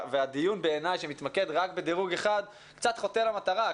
והדיון בעיניי שמתמקד רק בדירוג אחד קצת חוטא למטרה.